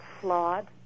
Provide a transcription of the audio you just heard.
flawed